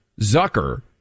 Zucker